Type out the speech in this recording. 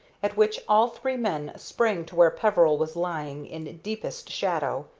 at which all three men sprang to where peveril was lying in deepest shadow.